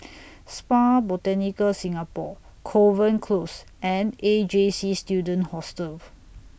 Spa Botanica Singapore Kovan Close and A J C Student Hostel